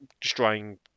destroying